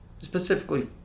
specifically